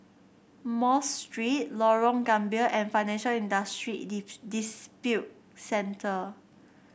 Mosque Street Lorong Gambir and Financial Industry Dispute Center